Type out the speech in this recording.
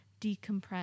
decompress